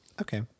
Okay